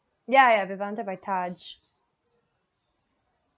ya ya vivanta by taj